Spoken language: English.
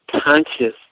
conscious